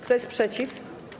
Kto jest przeciw?